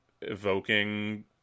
evoking